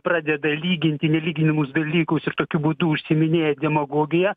pradeda lyginti nelyginamus dalykus ir tokiu būdu užsiiminėja demagogija